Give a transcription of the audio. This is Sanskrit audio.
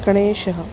गणेशः